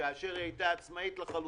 כאשר היא הייתה עצמאית לחלוטין.